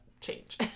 change